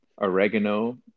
oregano